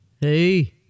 Hey